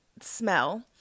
smell